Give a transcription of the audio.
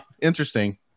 interesting